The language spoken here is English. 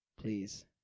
Please